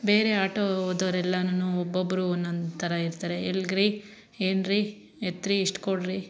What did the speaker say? ಬೇರೆ ಆಟೋದವರೆಲ್ಲನೂನು ಒಬ್ಬೊಬ್ಬರು ಒಂದೊಂದು ಥರ ಇರ್ತಾರೆ ಎಲ್ಲಿಗ್ರಿ ಏನ್ರಿ ಎತ್ತಿರಿ ಇಷ್ಟು ಕೊಡಿರಿ